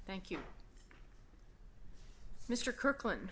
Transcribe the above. thank you mr kirkland